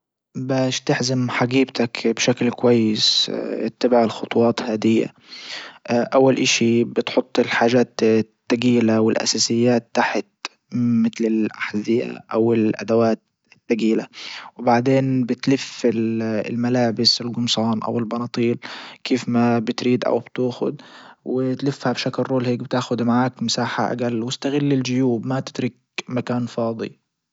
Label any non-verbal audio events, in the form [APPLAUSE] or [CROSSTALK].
باش تحزم حجيبتك بشكل كويس [HESITATION] اتبع الخطوات هادية [HESITATION] اول اشي بتحط الحاجات التجيلة والاساسيات تحت متل الاحذية او الادوات التجيلة. وبعدين بتلف الملابس الجمصان او البناطيل كيف ما بتريد او بتوخد وتلفها بشكل رول هيك بتاخد معك مساحة اجل واستغل الجيوب ما تترك مكان فاضي.